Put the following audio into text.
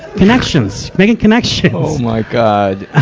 connections. making connections. oh my god!